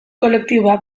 kolektiboa